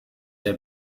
der